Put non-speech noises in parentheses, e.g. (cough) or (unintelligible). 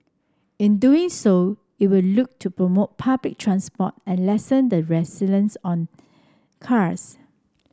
in doing so it will look to promote public transport and lessen the (unintelligible) on cars